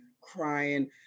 crying